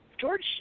George